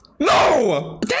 No